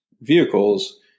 vehicles